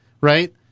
right